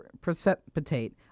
precipitate